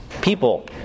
people